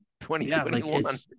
2021